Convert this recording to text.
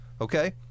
Okay